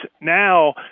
Now